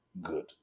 good